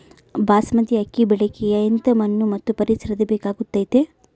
ಬಾಸ್ಮತಿ ಅಕ್ಕಿ ಬೆಳಿಯಕ ಎಂಥ ಮಣ್ಣು ಮತ್ತು ಪರಿಸರದ ಬೇಕಾಗುತೈತೆ?